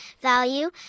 value